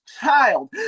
child